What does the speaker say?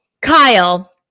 Kyle